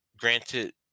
granted